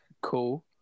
Cool